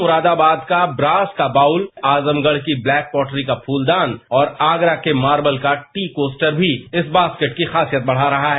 मुरादाबाद का ब्रास का बाउल आजमगढ़ की ब्लैक पॉटरी का फूलदान और आगरा के मार्बल का टी कोस्टर भी इस बास्केट की खासियत बढ़ा रहा है